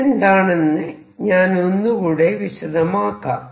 ഇതെന്താണെന്ന് ഞാൻ ഒന്നുകൂടെ വിശദമാക്കാം